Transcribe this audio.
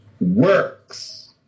works